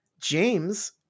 james